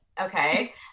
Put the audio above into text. Okay